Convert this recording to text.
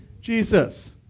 Jesus